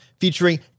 featuring